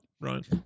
right